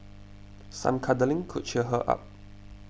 some cuddling could cheer her up